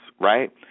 right